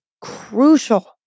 crucial